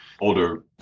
older